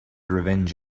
revenge